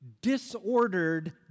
disordered